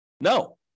No